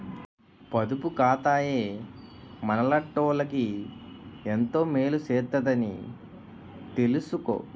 పొదుపు ఖాతాయే మనలాటోళ్ళకి ఎంతో మేలు సేత్తదని తెలిసుకో